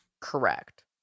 Correct